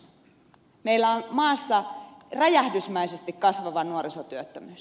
meillä on maassa räjähdysmäisesti kasvava nuorisotyöttömyys